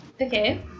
Okay